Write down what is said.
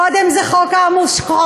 קודם זה חוק השקיפות,